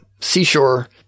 seashore